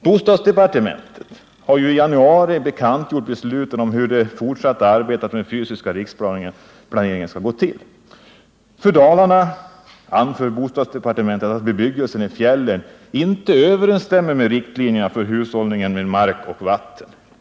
Bostadsdepartementet har i januari bekantgjort besluten om hur det fortsatta arbetet med den fysiska riksplaneringen skall gå till. För Dalarnas del anför bostadsdepartementet att bebyggelsen i fjällen inte överensstämmer med riktlinjerna för hushållning med mark och vatten.